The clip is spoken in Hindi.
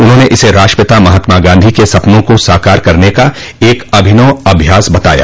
उन्होंने इसे राष्ट्रपिता महात्मा गांधी के सपनों को साकार करने का एक अभिनव अभ्यास बताया